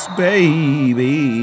baby